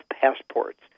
passports